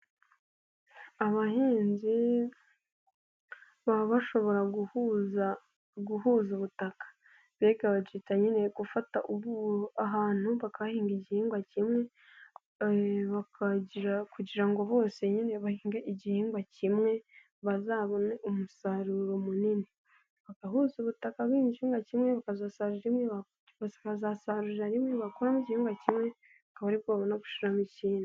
Abahinzi baba bashobora guhuza, guhuza ubutaka. Mbega abakita nyine gufata ahantu bakahahinga igihingwa kimwe, bakagira kugira ngo bose nyine bahinge igihingwa kimwe, bazabone umusaruro munini. Bagahuza ubutaka bw'igihingwa kimwe, bakazasarurira rimwe, bakuramo igihingwa kimwe akaba ari bwo babona gushyiramo ikindi.